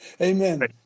Amen